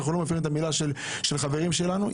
שאנחנו לא מפרים את המילה של חברים שלנו.